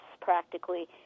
practically